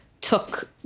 took